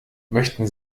möchten